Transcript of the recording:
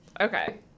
okay